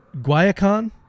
Guayacon